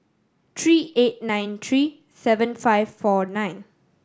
three eight nine three seven five four nine